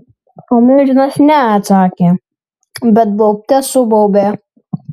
o milžinas ne atsakė bet baubte subaubė